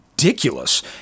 ridiculous